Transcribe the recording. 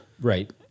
Right